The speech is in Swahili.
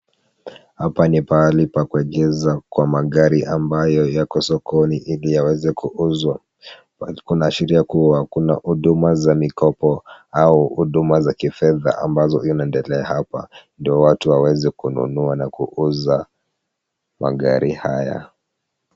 Hapa ni pahali pakuegeza kwa magari ambayo yako sokoni ili yaweze kuuzwa, kunaashiria kuwa kuna huduma za mikopo au huduma za kifedha ambazo inaendelea hapa ndio watu waweze kununua na kuuza magari haya.